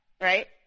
right